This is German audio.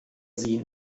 sie